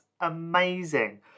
amazing